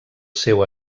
seu